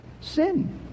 sin